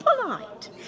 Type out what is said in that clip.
polite